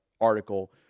article